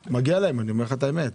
מגיע להם, אני אומר לך את האמת.